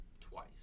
twice